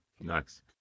Nice